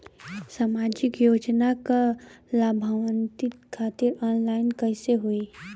सामाजिक योजना क लाभान्वित खातिर ऑनलाइन कईसे होई?